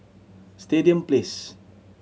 Stadium Place